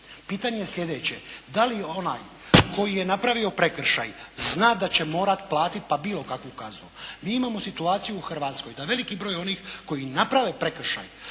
Pitanje je sljedeće, da li onaj koji je napravio prekršaj zna da će morati platiti pa bilo kakvu kaznu. Mi imamo situaciju u Hrvatskoj da veliki broj onih koji naprave prekršaj